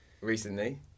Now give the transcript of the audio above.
recently